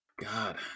God